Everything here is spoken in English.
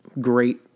great